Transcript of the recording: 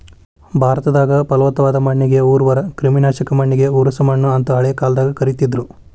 ಭಾರತದಾಗ, ಪಲವತ್ತಾದ ಮಣ್ಣಿಗೆ ಉರ್ವರ, ಕ್ರಿಮಿನಾಶಕ ಮಣ್ಣಿಗೆ ಉಸರಮಣ್ಣು ಅಂತ ಹಳೆ ಕಾಲದಾಗ ಕರೇತಿದ್ರು